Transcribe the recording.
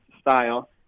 style